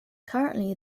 currently